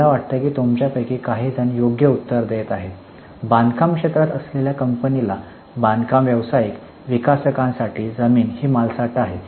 मला वाटतं की तुमच्यापैकी काही जण योग्य उत्तरे देत आहेत बांधकाम क्षेत्रात असलेल्या कंपनीला बांधकाम व्यावसायिक विकासकांसाठी जमीन ही मालसाठा आहे